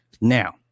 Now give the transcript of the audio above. now